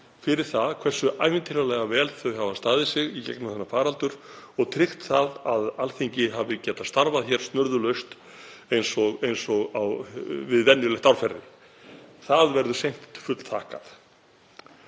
fyrir það hversu ævintýralega vel þau hafa staðið sig í gegnum þennan faraldur og tryggt það að Alþingi hafi getað starfað hér snurðulaust eins og í venjulegu árferði. Það verður seint fullþakkað.